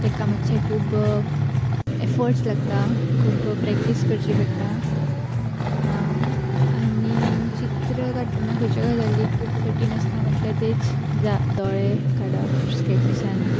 ताका मात्शे खूब एफट्स लागता खूब प्रॅक्टीस करची पडटा आनी चित्र काडटना खंयच्या गजाली खूब कठीण आसता म्हटल्या तेच जा दोळे काडप स्कॅचिसान